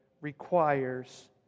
requires